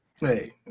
hey